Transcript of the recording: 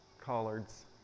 collards